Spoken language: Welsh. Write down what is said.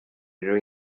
rydw